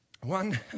One